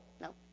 no